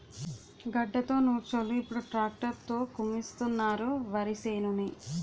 గడ్డతో నూర్చోలు ఇప్పుడు ట్రాక్టర్ తో కుమ్మిస్తున్నారు వరిసేనుని